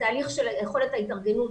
התהליך של יכולת ההתארגנות,